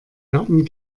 garten